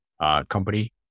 company